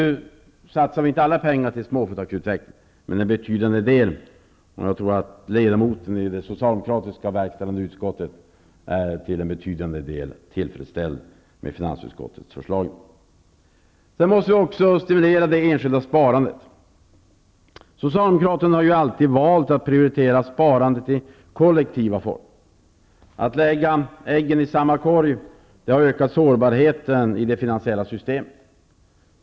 Nu satsar vi inte alla pengar på småföretagsutveckling men en betydande del, och jag tror att ledamoten i det socialdemokratiska verkställande utskottet är till en betydande del tillfredsställd med finansutskottets förslag. Sedan måste vi också stimulera det enskilda sparandet. Socialdemokraterna har ju alltid valt att prioritera sparandet i kollektiva former. Att lägga äggen i samma korg har ökat sårbarheten i det finansiella systemet.